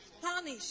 punish